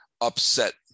upset